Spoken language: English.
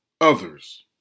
others